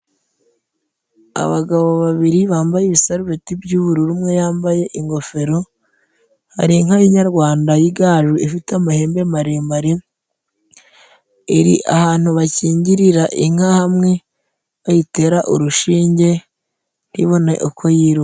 Abagabo babiri bambaye ibisarubeti by'ubururu, umwe yambaye ingofero, hari inka y'inyarwanda y'igaju ifite amahembe maremare, iri ahantu bakingirira inka, hamwe bayitera urushinge ntibone uko yiruka.